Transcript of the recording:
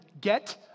get